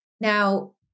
Now